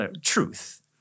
truth